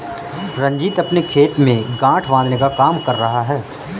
रंजीत अपने खेत में गांठ बांधने का काम कर रहा है